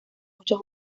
muchos